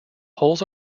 holes